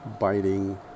biting